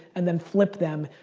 and then flips them,